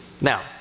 Now